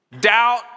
doubt